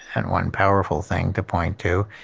and one powerful thing to point to,